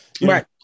Right